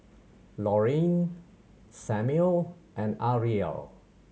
Laurene Samuel and Arielle